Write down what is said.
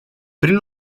prin